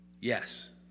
yes